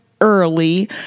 early